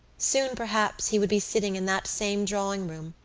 soon, perhaps, he would be sitting in that same drawing-room,